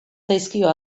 zaizkio